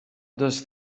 does